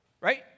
right